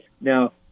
Now